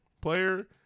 player